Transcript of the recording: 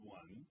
one